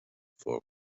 forewings